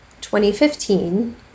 2015